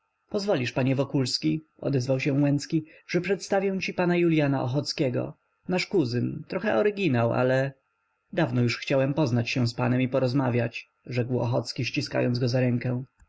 pozwolisz panie wokulski odezwał się łęcki że przedstawię ci pana juliana ochockiego nasz kuzyn trochę oryginał ale dawno już chciałem poznać się z panem i porozmawiać rzekł ochocki ściskając go za rękę